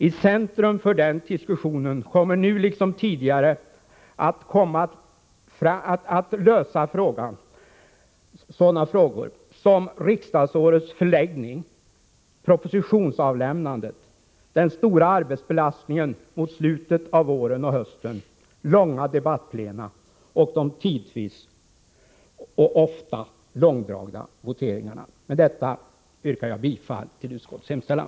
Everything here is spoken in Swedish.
I centrum för den diskussionen kommer nu liksom tidigare att stå uppgiften att lösa sådana frågor som riksdagsårets förläggning, propositionsavlämnandet, den stora arbetsbelastningen mot slutet av våren och hösten, långa debattplena och de tidvis ofta långdragna voteringarna. Med detta yrkar jag bifall till utskottets hemställan.